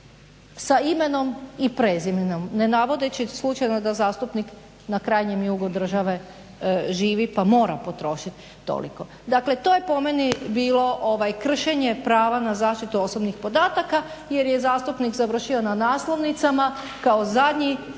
sa imenom i prezimenom ne navodeći slučajno da zastupnik na krajnjem jugu države živi pa mora potrošiti toliko. Dakle, to je po meni bilo kršenje prava na zaštitu osobnih podataka jer je zastupnik završio na naslovnicama kao zadnji